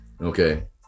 Okay